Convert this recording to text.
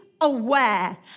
Aware